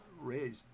raised